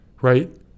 right